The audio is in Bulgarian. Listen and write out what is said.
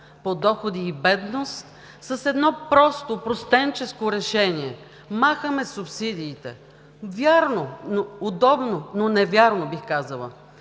по доходи и бедност, с едно просто, опростенческо решение – махаме субсидиите. Удобно, но невярно, бих казала.